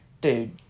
Dude